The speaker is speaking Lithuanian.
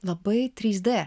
labai trys d